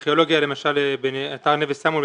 נבי סמואל,